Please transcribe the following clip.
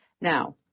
Now